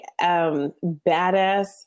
badass